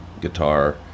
guitar